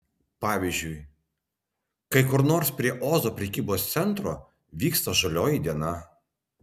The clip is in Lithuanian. pavyzdžiui kai kur nors prie ozo prekybos centro vyksta žalioji diena